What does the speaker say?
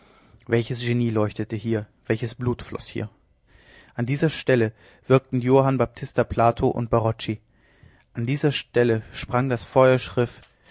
welches genie leuchtete hier welches blut floß hier an dieser stelle wirkten johann baptista plato und barocci an dieser stelle sprang das feuerschiff